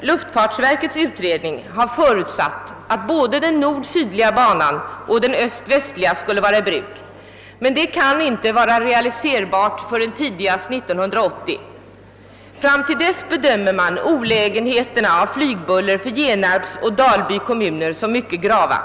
Luftfartsverkets utredning har förutsatt att både den nord-sydliga banan och den öst-västliga skulle vara i bruk men detta kan inte vara realiserbart förrän tidigast 1980. Fram till dess bedömer man olägenheterna av flygbuller för Genarps och Dalby kommuner såsom mycket grava.